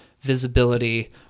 visibility